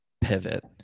pivot